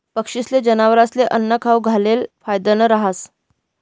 पक्षीस्ले, जनावरस्ले आन्नं खाऊ घालेल फायदानं रहास